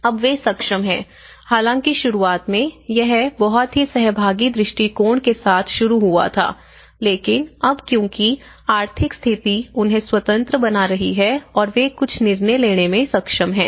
अब वे सक्षम हैं हालांकि शुरुआत में यह बहुत ही सहभागी दृष्टिकोण के साथ शुरू हुआ था लेकिन अब क्योंकि आर्थिक स्थिति उन्हें स्वतंत्र बना रही है और वे कुछ निर्णय लेने में सक्षम हैं